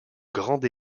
grande